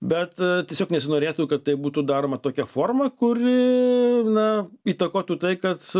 bet tiesiog nesinorėtų kad tai būtų daroma tokia forma kuri na įtakotų tai kad